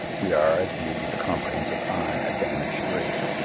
we are, as viewed with a comprehensive eye, a damaged race.